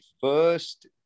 first